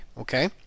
Okay